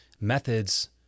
Methods